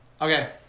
Okay